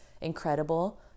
incredible